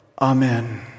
Amen